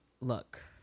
look